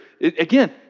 again